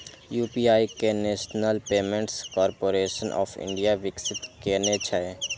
UPI कें national payments corporation of India विकसित केने छै